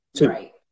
Right